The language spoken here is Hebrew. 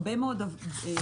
הרבה מאוד מזונות